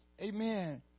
Amen